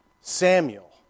Samuel